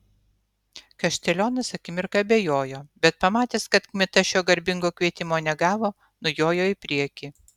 kaštelionas akimirką abejojo bet pamatęs kad kmita šio garbingo kvietimo negavo nujojo į priekį